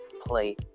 play